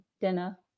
dinner